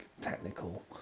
technical